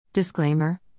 Disclaimer